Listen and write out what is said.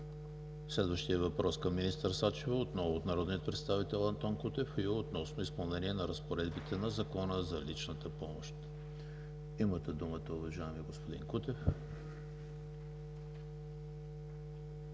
Следващият въпрос към министър Сачева, отново от народния представител Антон Кутев, е относно изпълнение на разпоредби на Закона за личната помощ. Имате думата, уважаеми господин Кутев.